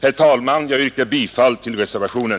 Herr talman! Jag yrkar bifall till reservationen.